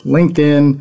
LinkedIn